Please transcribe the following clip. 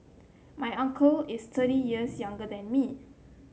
my uncle is thirty years younger than me